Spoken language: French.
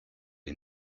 est